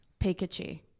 Pikachu